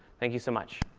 thank you so much.